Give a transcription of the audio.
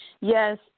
Yes